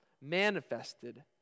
manifested